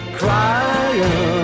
crying